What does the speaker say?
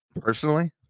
personally